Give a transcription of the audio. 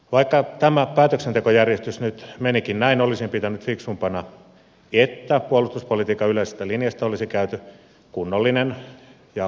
vaikka tämä päätöksentekojärjestys nyt menikin näin olisin pitänyt fiksumpana että puolustuspolitiikan yleisestä linjasta olisi käyty kunnollinen ja parlamentaarinen keskustelu